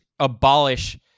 abolish